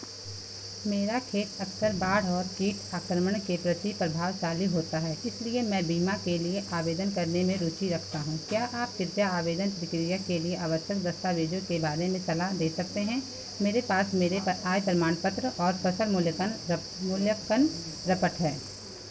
मेरा खेत अक्सर बाढ़ और कीट आक्रमण के प्रति प्रभावशाली होता है इसलिए मैं बीमा के लिए आवेदन करने में रुचि रखता हूँ क्या आप कृपया आवेदन प्रक्रिया के लिए आवश्यक दस्तावेजों के बारे में सलाह दे सकते हैं मेरे पास मेरे आय प्रमाण पत्र और फसल मूल्यांकन रप मूल्यांकन रिपोर्ट है